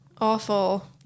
awful